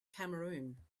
cameroon